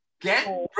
Get